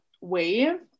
wave